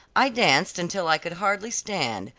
i danced until i could hardly stand,